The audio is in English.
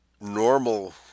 normal